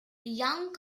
young